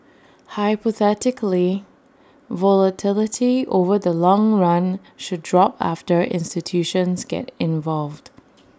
hypothetically volatility over the long run should drop after institutions get involved